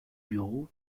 bureau